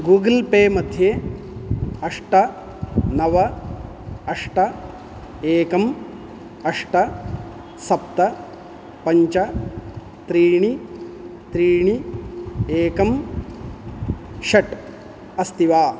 Google Pay मध्ये अष्ट नव अष्ट एकम् अष्ट सप्त पञ्च त्रीणि त्रीणि एकं षट् अस्ति वा